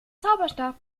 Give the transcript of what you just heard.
zauberstab